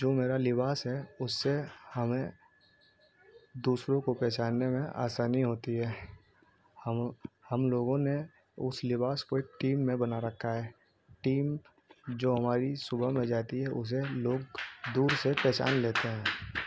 جو میرا لباس ہے اس سے ہمیں دوسروں کو پہچاننے میں آسانی ہوتی ہے ہم ہم لوگوں نے اس لباس کو ایک ٹیم میں بنا رکھا ہے ٹیم جو ہماری صبح میں جاتی ہے اسے لوگ دور سے پہچان لیتے ہیں